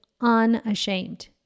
unashamed